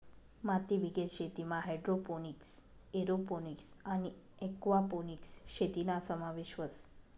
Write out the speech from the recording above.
मातीबिगेर शेतीमा hydroponics, aeroponics आणि एक्वापोनिक्स शेतीना समावेश व्हस